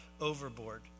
Overboard